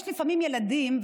יש לפעמים ילדים,